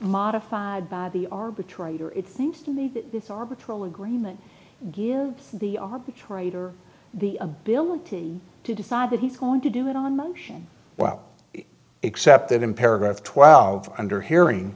modified by the arbitrator it seems to me this orbital agreement give the arbitrator the ability to decide that he's going to do it on motion well except that in paragraph twelve under hearing